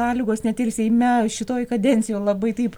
sąlygos net ir seime šitoje kadencijoje labai taip